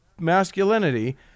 masculinity